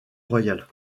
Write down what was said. royale